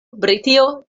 britio